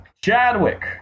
Chadwick